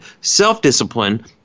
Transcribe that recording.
self-discipline